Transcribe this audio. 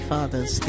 Father's